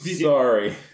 sorry